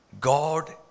God